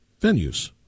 venues